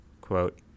quote